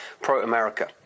pro-America